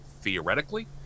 theoretically